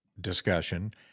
discussion